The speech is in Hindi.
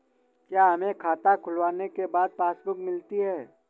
क्या हमें खाता खुलवाने के बाद पासबुक मिलती है?